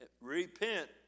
Repent